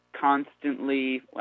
constantly